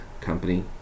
company